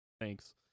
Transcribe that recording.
thanks